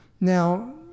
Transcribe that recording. Now